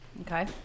Okay